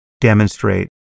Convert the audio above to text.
demonstrate